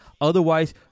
Otherwise